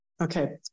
Okay